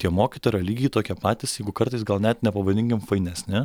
tie mokytojai lygiai tokie patys jeigu kartais gal net ne pavadinkim fainesni